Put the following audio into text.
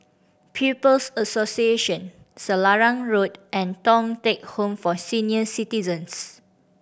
People's Association Selarang Road and Thong Teck Home for Senior Citizens